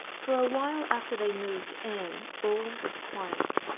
for a while after they moved in all was quiet.